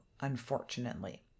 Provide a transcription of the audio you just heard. unfortunately